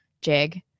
jig